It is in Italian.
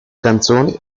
canzoni